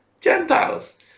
gentiles